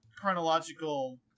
chronological